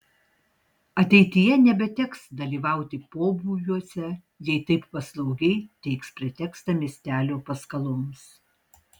ateityje nebeteks dalyvauti pobūviuose jei taip paslaugiai teiks pretekstą miestelio paskaloms